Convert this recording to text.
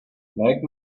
black